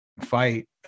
fight